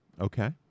Okay